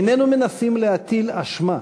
איננו מנסים להטיל אשמה